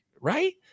right